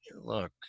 look